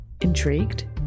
Intrigued